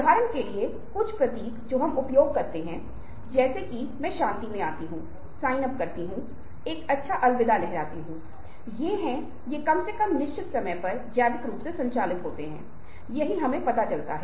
अनुनय कुछ ऐसा है जो हमारे जीवन का एक हिस्सा है क्योंकि उम्मीद है की मैंने आपको पहले से ही आश्वस्त किया है